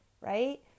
right